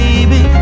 Baby